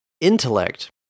intellect